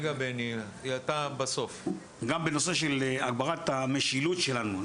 גם בנושא של הגברת המשילות שלנו,